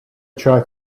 tried